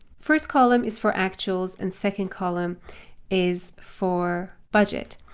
first column is for actuals and second column is for budget.